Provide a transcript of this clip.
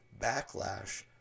backlash